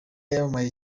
yamamaye